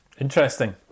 Interesting